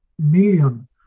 million